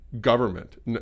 government